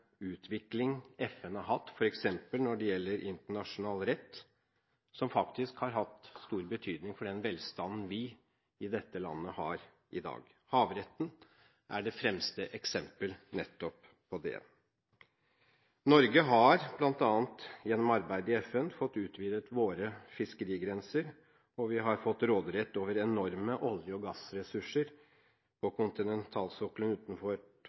utvikling FN har hatt, f.eks. når det gjelder internasjonal rett, som faktisk har hatt stor betydning for den velstanden vi i dette landet har i dag. Havretten er det fremste eksemplet nettopp på det. Norge har bl.a. gjennom arbeid i FN fått utvidet sine fiskerigrenser, og vi har fått råderett over enorme olje- og gassressurser på kontinentalsokkelen utenfor